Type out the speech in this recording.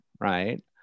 right